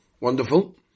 Wonderful